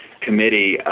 committee